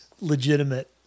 legitimate